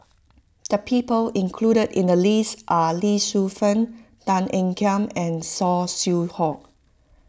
the people included in the list are Lee Shu Fen Tan Ean Kiam and Saw Swee Hock